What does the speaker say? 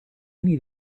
need